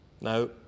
No